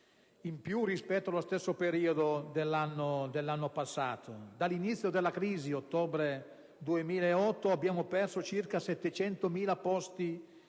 in più rispetto allo stesso periodo dell'anno passato; dall'inizio della crisi, nell'ottobre 2008, abbiamo perso circa 700.000 posti